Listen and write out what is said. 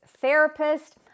therapist